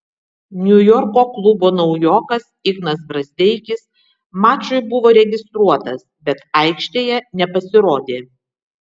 niujorko klubo naujokas ignas brazdeikis mačui buvo registruotas bet aikštėje nepasirodė